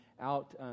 out